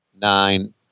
nine